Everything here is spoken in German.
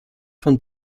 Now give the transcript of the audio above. von